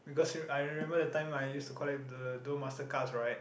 because I I remember that time I used to collect the Duel-Master cards [right]